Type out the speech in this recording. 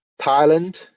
Thailand